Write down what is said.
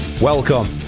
Welcome